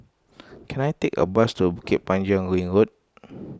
can I take a bus to Bukit Panjang Ring Road